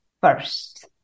first